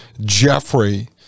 Jeffrey